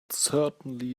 certainly